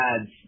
ads